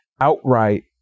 Outright